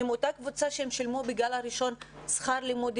הם אותה קבוצה ששילמה בגל הראשון שכר לימוד